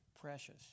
precious